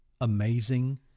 amazing